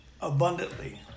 abundantly